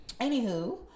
anywho